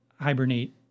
hibernate